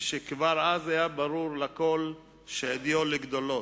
כשכבר אז היה ברור לכול שעדיו לגדולות.